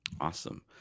Awesome